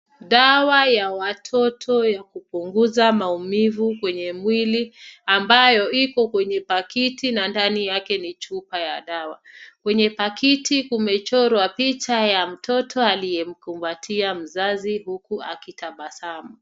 Dawa ya watoto ya kupunguza maumivu kwenye mwili, ambayo iko kwenye pakiti na ndani yake ni chupa ya dawa. Kwenye pakiti kumechorwa picha ya mtoto aliyemkumbatia mzazi huku akitabasamu.